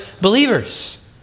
believers